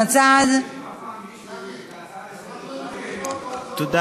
אם המשך הדיון יהיה במליאה או באחת מוועדות הכנסת,